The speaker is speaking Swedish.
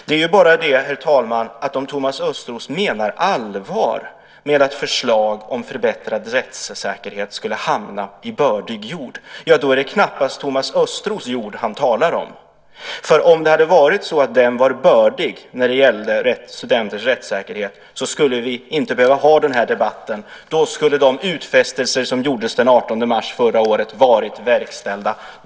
Det är bara det, herr talman, att om Thomas Östros menar allvar med att förslag om förbättrad rättssäkerhet skulle hamna i bördig jord, ja, då är det knappast Thomas Östros jord han talar om, för om det hade varit så att den var bördig när det gäller studenters rättssäkerhet skulle vi inte behöva ha den här debatten. Då skulle de utfästelser som gjordes den 18 mars förra året varit verkställda.